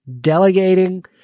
Delegating